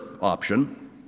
option